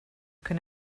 can